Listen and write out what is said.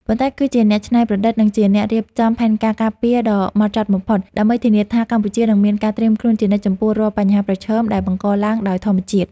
ប៉ុន្តែគឺជាអ្នកច្នៃប្រឌិត និងជាអ្នករៀបចំផែនការការពារដ៏ហ្មត់ចត់បំផុត ដើម្បីធានាថាកម្ពុជានឹងមានការត្រៀមខ្លួនជានិច្ចចំពោះរាល់បញ្ហាប្រឈមដែលបង្កឡើងដោយធម្មជាតិ។